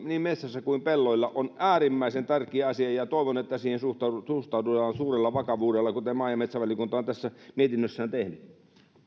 niin metsien kuin peltojen on äärimmäisen tärkeä asia ja toivon että siihen suhtaudutaan suhtaudutaan suurella vakavuudella kuten maa ja metsätalousvaliokunta on tässä mietinnössään tehnyt